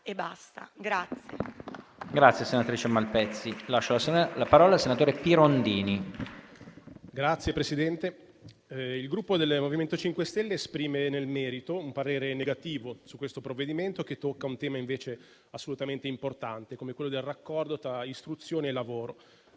il MoVimento 5 Stelle esprime, nel merito, un parere negativo su questo provvedimento, che tocca un tema assolutamente importante, come quello del raccordo tra istruzione e lavoro,